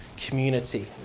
community